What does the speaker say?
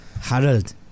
Harold